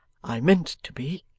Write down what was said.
i meant to be,